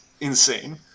insane